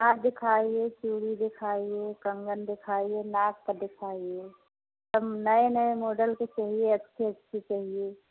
हाँ दिखाइए चूड़ी दिखाइए कंगन दिखाइए नाक का दिखाइए सब नए नए मॉडल के चहिए अच्छी अच्छी चहिए